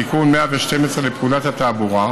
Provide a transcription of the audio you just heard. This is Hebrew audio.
תיקון מס' 112 לפקודת התעבורה,